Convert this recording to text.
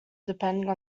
depending